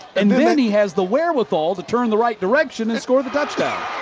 and then he has the wherewithal to turn the right direction and score the touchdown.